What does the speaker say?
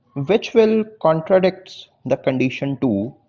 which will contradicts the condition two